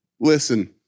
Listen